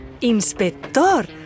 ¡Inspector